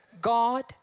God